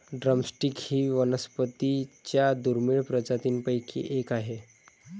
drum stick ही वनस्पतीं च्या दुर्मिळ प्रजातींपैकी एक आहे